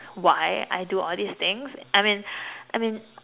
why I do all these things I mean I mean